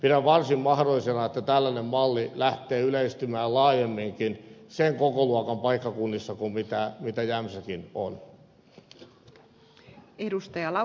pidän varsin mahdollisena että tällainen malli lähtee yleistymään laajemminkin sen kokoluokan paikkakunnilla kuin mitä jämsäkin on